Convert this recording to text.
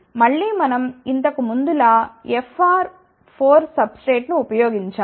మళ్ళీ మనం ఇంతకు ముందులా FR4 సబ్ స్ట్రేట్ ఉపయోగించాము